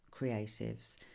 creatives